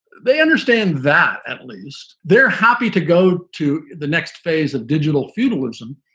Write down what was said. they understand that at least they're happy to go to the next phase of digital feudalism,